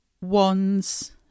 wands